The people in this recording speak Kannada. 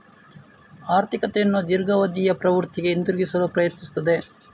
ಆರ್ಥಿಕತೆಯನ್ನು ದೀರ್ಘಾವಧಿಯ ಪ್ರವೃತ್ತಿಗೆ ಹಿಂತಿರುಗಿಸಲು ಪ್ರಯತ್ನಿಸುತ್ತದೆ